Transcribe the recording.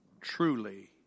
Truly